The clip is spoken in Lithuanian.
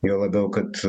juo labiau kad